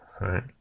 right